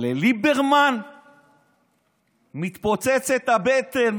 אבל לליברמן מתפוצצת הבטן.